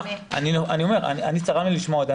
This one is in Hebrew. צרם לי לשמוע את זה.